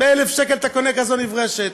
ב-1,000 שקל אתה קונה כזאת נברשת.